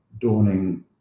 dawning